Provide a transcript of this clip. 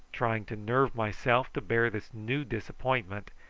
trying to nerve myself to bear this new disappointment,